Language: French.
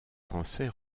français